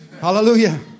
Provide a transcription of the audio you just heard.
Hallelujah